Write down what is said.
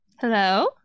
Hello